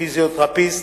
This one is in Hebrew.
פיזיותרפיסט,